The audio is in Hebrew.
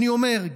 אני אומר,